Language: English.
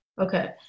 Okay